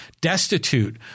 destitute